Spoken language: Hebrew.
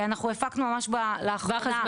אנחנו הפקנו ממש לאחרונה ---<< יור >> פנינה תמנו (יו"ר הוועדה